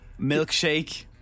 Milkshake